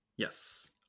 Yes